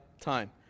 time